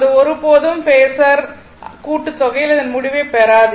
அது ஒருபோதும் பேஸர் கூட்டுத்தொகையில் அதன் முடிவைப் பெறாது